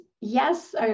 Yes